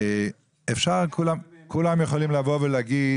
כולם יכולים לבוא ולהגיד: